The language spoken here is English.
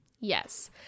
Yes